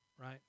right